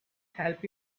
help